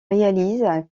réalise